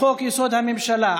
לחוק-יסוד: הממשלה,